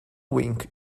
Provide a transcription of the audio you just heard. wing